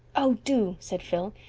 oh, do, said phil.